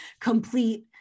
complete